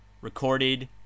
Recorded